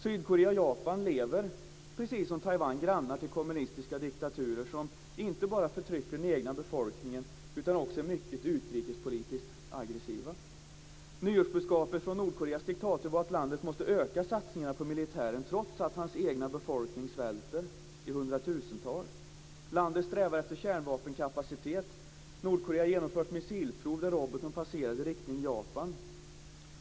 Sydkorea och Japan lever, precis som Taiwan, granne med kommunistiska diktaturer som inte bara förtrycker den egna befolkningen utan också är mycket utrikespolitiskt aggressiva. Nyårsbudskapet från Nordkoreas diktator var att landet måste öka satsningarna på militären trots att den egna befolkningen svälter i hundratusental. Landet strävar efter kärnvapenkapacitet. Nordkorea har genomfört missilprov där roboten passerade i riktning mot Japan.